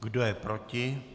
Kdo je proti?